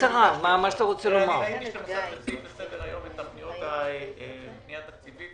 יש בסדר-היום פנייה תקציבית